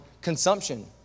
consumption